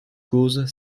cause